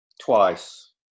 twice